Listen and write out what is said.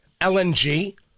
LNG